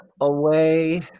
away